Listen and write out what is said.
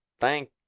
Thank